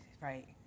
Right